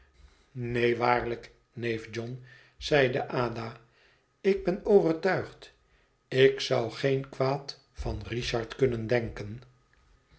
neen waarlijk neef john zeide ada ik ben overtuigd ik zou geen kwaad van richard kunnen denken